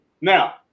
Now